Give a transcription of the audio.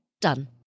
Done